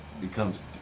becomes